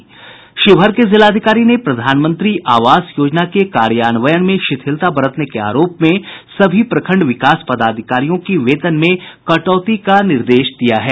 शिवहर के जिलाधिकारी ने प्रधानमंत्री आवास योजना के कार्यान्वयन में शिथिलता बरतने के आरोप में सभी प्रखंड विकास पदाधिकारियों की वेतन में कटौती का निर्देश दिया है